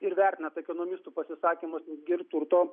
ir vertinant ekonomistų pasisakymus ir turto